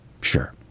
Sure